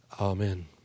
Amen